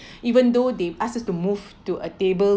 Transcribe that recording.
even though they ask us to move to a table